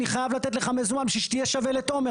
אני חייב לתת לך מזומן בשביל שתהיה שווה לתומר,